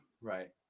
Right